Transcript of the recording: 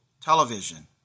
television